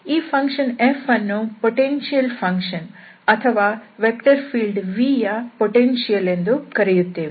ಈ function f ಅನ್ನು potential function ಅಥವಾ ವೆಕ್ಟರ್ ಫೀಲ್ಡ್ Vಯ ಪೊಟೆನ್ಶಿಯಲ್ ಎಂದು ಕರೆಯುತ್ತೇವೆ